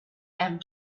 and